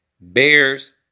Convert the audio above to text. Bears